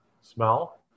smell